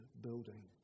building